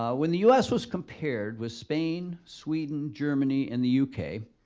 ah when the u s. was compared with spain, sweden, germany, and the u k,